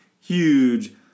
huge